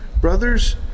brothers